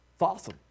Awesome